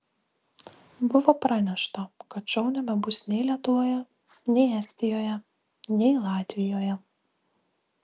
buvo pranešta kad šou nebebus nei lietuvoje nei estijoje nei latvijoje